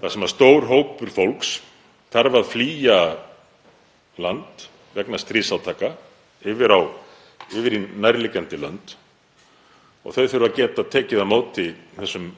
þar sem stór hópur fólks þarf að flýja land vegna stríðsátaka yfir í nærliggjandi lönd og þau þurfa að geta tekið á móti þessum